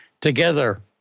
together